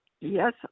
Yes